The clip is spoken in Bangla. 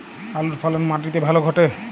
আলুর ফলন মাটি তে ভালো ঘটে?